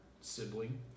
sibling